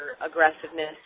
aggressiveness